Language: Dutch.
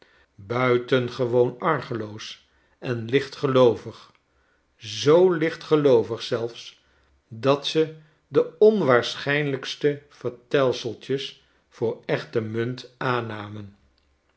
buitengewoon argeloos en lichtgeloovig zoo lichtgeloovig zelfs dat ze de onwaarschijnlijkste vertelseltjes voor echte munt aannamen